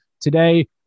today